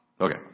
Okay